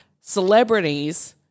celebrities –